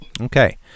Okay